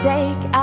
Take